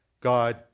God